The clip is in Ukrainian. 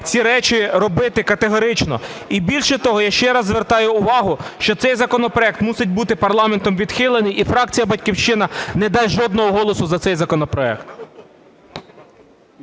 ці речі робити категорично. І більше того, я ще раз звертаю увагу, що цей законопроект мусить бути парламентом відхилений і фракція "Батьківщина" не дасть жодного голосу за цей законопроект.